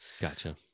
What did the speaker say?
Gotcha